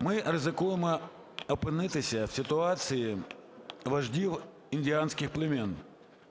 Ми ризикуємо опинитися в ситуації вождів індіанських племен,